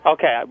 Okay